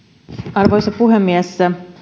arvoisa puhemies